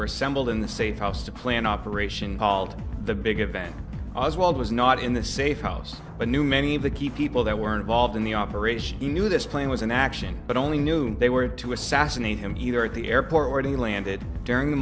were assembled in the safe house to plan operation called the big event oswald was not in the safe house but knew many of the key people that were involved in the operation he knew this plane was in action but only knew they were to assassinate him either at the airport already landed during the